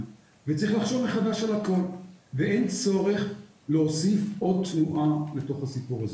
וצריך לחשוב מחדש על הכל ואין צרוך להוסיף עוד תנועה בתוך הסיפור הזה.